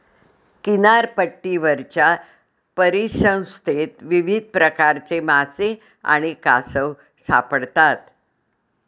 किनारपट्टीवरच्या परिसंस्थेत विविध प्रकारचे मासे आणि कासव सापडतात